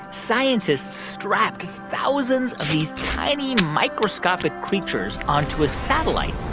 scientists strapped thousands of these tiny microscopic creatures onto a satellite.